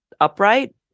upright